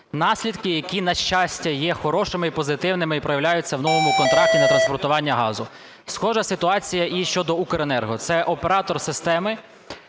наслідки, які, на щастя, є хорошими і позитивними і проявляються в новому контракті на транспортування газу. Схожа ситуація і щодо Укренерго (це оператор системи